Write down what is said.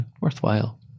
worthwhile